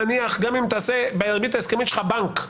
גם אם תעשה בריבית ההסכמית שלך בנק,